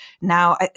now